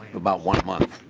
about one a month.